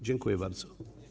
Dziękuję bardzo.